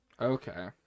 Okay